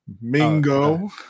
Mingo